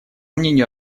мнению